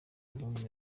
ibihumbi